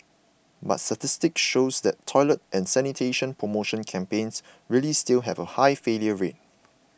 but statistics shows that toilet and sanitation promotion campaigns really still have a high failure rate